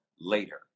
later